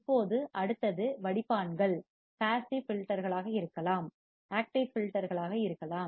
இப்போது அடுத்தது வடிப்பான்கள் ஃபில்டர்கள் பாசிவ் பாசிவ் ஃபில்டர்களாக இருக்கலாம் செயலில் உள்ள ஆக்டிவ் ஃபில்டர்களாக இருக்கலாம்